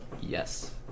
Yes